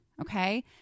okay